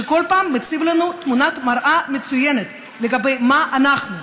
שכל פעם מציב לנו תמונת מראה מצוינת לגבי מה אנחנו.